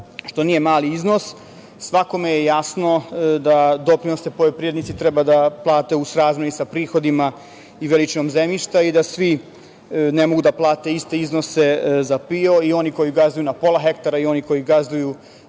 što nije mali iznos. Svakom je jasno da doprinose poljoprivrednici treba da plate u srazmeri sa prihodima i veličinom zemljišta i da svi ne mogu da plate iste iznose za PIO. I oni koji gazduju na pola hektara i oni koji gazduju